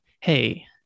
hey